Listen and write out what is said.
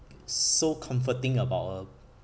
so comforting about a